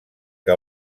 que